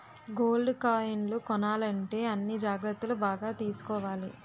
gold కాయిన్లు కొనాలంటే అన్ని జాగ్రత్తలు బాగా తీసుకోవాలి